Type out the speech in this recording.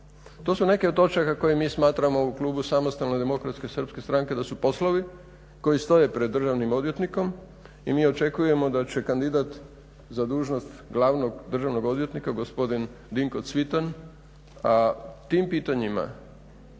To su neke od točaka koje mi smatramo u klubu SDSS-a da su poslovi koji stoji pred državnim odvjetnikom i mi očekujemo da će kandidat za dužnost glavnog državnog odvjetnika gospodin Dinko Cvitan, a tim pitanjima,